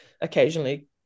occasionally